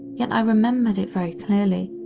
yet i remembered it very clearly.